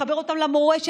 לחבר אותם למורשת,